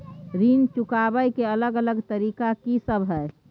ऋण चुकाबय के अलग अलग तरीका की सब हय?